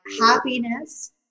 happiness